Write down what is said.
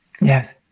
yes